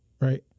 right